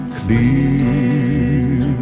clear